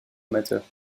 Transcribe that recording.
amateur